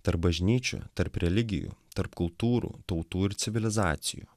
tarp bažnyčių tarp religijų tarp kultūrų tautų ir civilizacijų